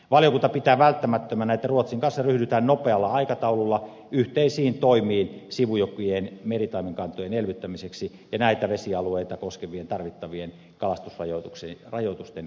valiokunta pitää välttämättömänä että ruotsin kanssa ryhdytään nopealla aikataululla yhteisiin toimiin sivujokien meritaimenkantojen elvyttämiseksi ja näitä vesialueita koskevien tarvittavien kalastusrajoitusten käyttöön ottamiseksi